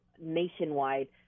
nationwide